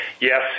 yes